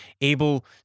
able